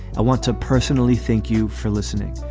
i want to personally thank you for listening.